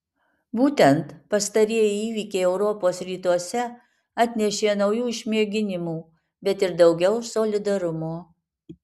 būtent pastarieji įvykiai europos rytuose atnešė naujų išmėginimų bet ir daugiau solidarumo